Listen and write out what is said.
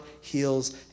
heals